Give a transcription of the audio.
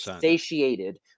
satiated